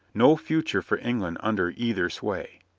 no future for england un der either sway.